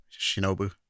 shinobu